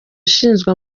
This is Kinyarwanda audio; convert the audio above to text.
ushinzwe